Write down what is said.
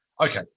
Okay